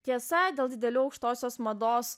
tiesa dėl didelių aukštosios mados